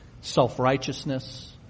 self-righteousness